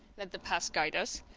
let the past guide us